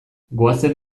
goazen